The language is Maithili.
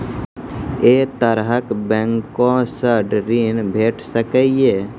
ऐ तरहक बैंकोसऽ ॠण भेट सकै ये?